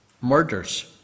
Murders